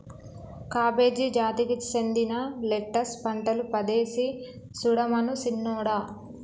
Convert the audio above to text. cabbage జాతికి సెందిన lettuce పంటలు పదేసి సుడమను సిన్నోడా